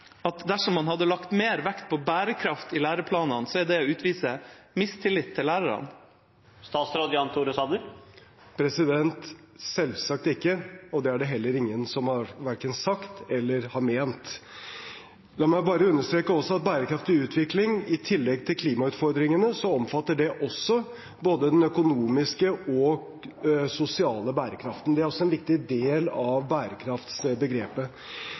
at dersom man hadde lagt mer vekt på bærekraft i læreplanen, hadde det vært å utvise mistillit til lærerne? Selvsagt ikke, og det er det heller ingen som har sagt eller ment. La meg bare understreke at bærekraftig utvikling, i tillegg til klimautfordringene, omfatter både den økonomiske og sosiale bærekraften. Det er også en viktig del av